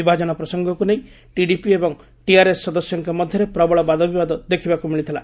ବିଭାଜନ ପ୍ରସଙ୍ଗକୁ ନେଇ ଟିଡିପି ଏବଂ ଟିଆର୍ଏସ୍ ସଦସ୍ୟଙ୍କ ମଧ୍ୟରେ ପ୍ରବଳ ବାଦବିବାଦ ଦେଖିବାକୃ ମିଳିଥିଲା